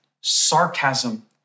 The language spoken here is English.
sarcasm